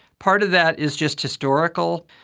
part of that is just historical.